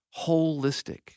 holistic